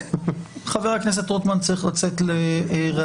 חבר הכנסת רוטמן צריך לצאת לראיון.